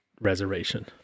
reservation